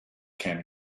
can